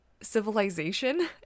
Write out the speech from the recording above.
civilization